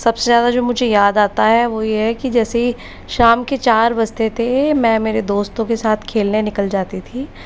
सबसे ज़्यादा जो मुझे याद आता है वो यह है कि जैसी शाम के चार बजते थे मैं मेरे दोस्तों के साथ खेलने निकल जाती थी